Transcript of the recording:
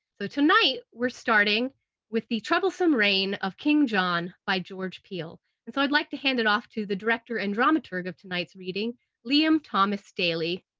so tonight we're starting with the troublesome reign of king john by george peele and so i'd like to hand it off to the director and dramaturg of tonight's reading liam thomas dailey